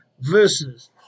versus